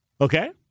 Okay